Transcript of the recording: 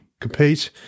compete